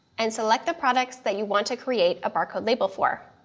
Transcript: and select the products that you want to create a barcode label for.